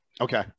Okay